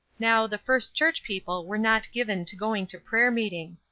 now the first church people were not given to going to prayer-meeting.